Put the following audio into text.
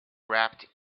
wrapped